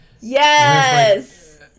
Yes